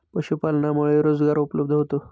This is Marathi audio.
पशुपालनामुळे रोजगार उपलब्ध होतो